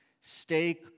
Stay